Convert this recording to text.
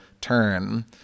turn